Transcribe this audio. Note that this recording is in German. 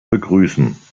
begrüßen